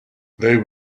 there